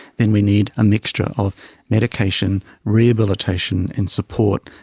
then we need a mixture of medication, rehabilitation and support,